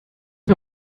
mir